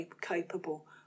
capable